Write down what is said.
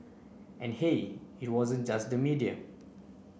and hey it wasn't just the media